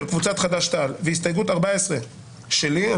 קבוצת חד"ש-תע"ל והסתייגות 14 שלי ביחד,